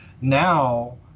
Now